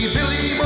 Billy